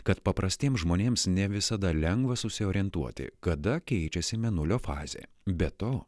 kad paprastiems žmonėms ne visada lengva susiorientuoti kada keičiasi mėnulio fazė be to